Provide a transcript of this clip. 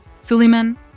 Suleiman